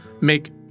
make